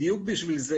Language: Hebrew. בדיוק בשביל זה,